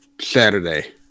Saturday